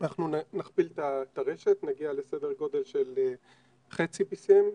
אנחנו נכפיל את הרשת, נגיע לסדר גודל של חצי BCM,